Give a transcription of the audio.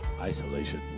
Isolation